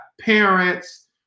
parents